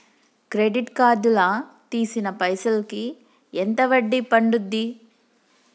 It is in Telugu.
క్రెడిట్ కార్డ్ లా తీసిన పైసల్ కి ఎంత వడ్డీ పండుద్ధి?